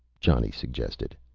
johnny suggested.